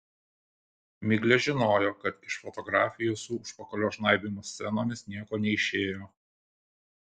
miglė žinojo kad iš fotografijų su užpakalio žnaibymo scenomis nieko neišėjo